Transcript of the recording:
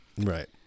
Right